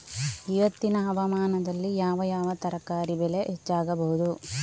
ಇವತ್ತಿನ ಹವಾಮಾನದಲ್ಲಿ ಯಾವ ಯಾವ ತರಕಾರಿ ಬೆಳೆ ಹೆಚ್ಚಾಗಬಹುದು?